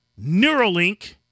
Neuralink